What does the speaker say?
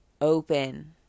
open